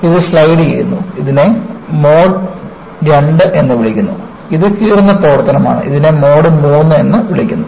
ഇത് സ്ലൈഡുചെയ്യുന്നു ഇതിനെ മോഡ് II എന്ന് വിളിക്കുന്നു ഇത് കീറുന്ന പ്രവർത്തനമാണ് ഇതിനെ മോഡ് III എന്ന് വിളിക്കുന്നു